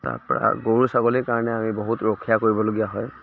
তাৰ পৰা গৰু ছাগলীৰ কাৰণে আমি বহুত ৰখীয়া কৰিবলগীয়া হয়